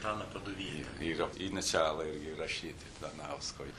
man atrodo vilniuj yra inicialai irgi įrašyti danausko